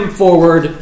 forward